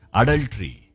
adultery